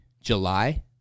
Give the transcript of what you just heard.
July